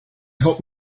help